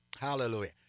hallelujah